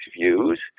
views